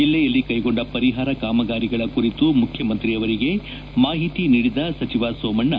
ಜಿಲ್ಲೆಯಲ್ಲಿ ಕೈಗೊಂಡ ಪರಿಹಾರ ಕಾಮಗಾರಿಗಳ ಕುರಿತು ಮುಖ್ಯಮಂತ್ರಿ ಅವರಿಗೆ ಮಾಹಿತಿ ನೀಡಿದ ಸಚಿವ ಸೋಮಣ್ಣ